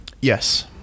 Yes